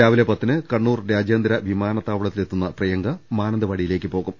രാവിലെ പത്തിന് കണ്ണൂർ രാജ്യാന്തര വിമാനത്താവളത്തിലിറങ്ങുന്ന പ്രിയങ്ക മാനന്തവാടിയി ലേക്ക് പോകും